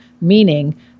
meaning